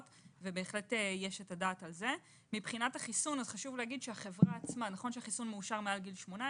מבחינת החיסון, נכון שהחיסון מאושר מעל גיל 18,